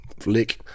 flick